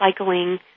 recycling